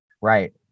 Right